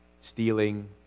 stealing